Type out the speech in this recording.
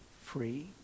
free